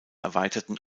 erweiterten